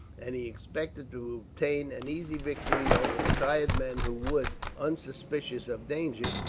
and he expected to obtain an easy victory over the tired men who would, unsuspicious of danger,